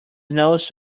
nose